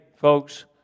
folks